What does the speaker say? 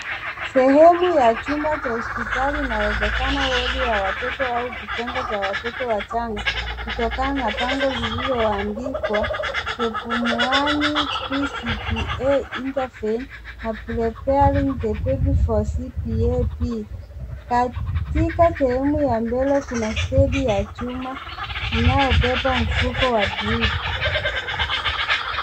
Sehemu ya chumba cha hospitali inawezekana wodi ya watoto au kitengo cha watoto wachanga kutokana na bango lililoandikwa The Pumwani pCPA Intervene na Preparing the Baby for CPAP . Katika sehemu ya mbele kuna stendi ya chuma inayobeba mfuko wa drip .